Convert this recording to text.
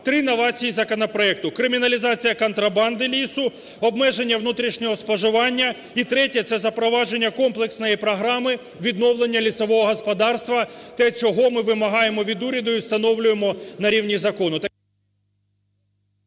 Три новації законопроекту: криміналізація контрабанди лісу, обмеження внутрішнього споживання і, третє, це запровадження комплексної програми відновлення лісового господарства – те, чого ми вимагаємо від уряду і встановлюємо на рівні закону…